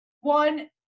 One